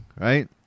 right